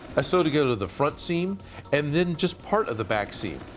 i sew together the front seam and then just part of the back seam,